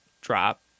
drop